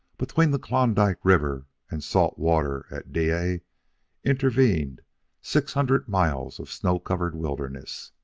between the klondike river and salt water at dyea intervened six hundred miles of snow-covered wilderness,